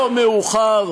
לא מאוחר